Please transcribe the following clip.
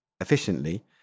efficiently